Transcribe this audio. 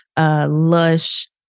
lush